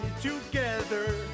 together